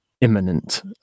imminent